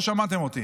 לא שמעתם אותי,